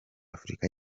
afurika